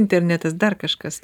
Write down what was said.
internetas dar kažkas